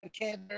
cancer